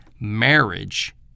marriage